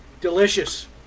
delicious